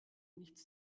nichts